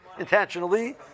Intentionally